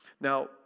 Now